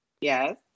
Yes